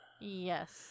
Yes